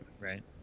Right